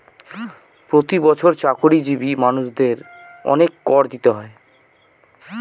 প্রতি বছর চাকরিজীবী মানুষদের অনেক কর দিতে হয়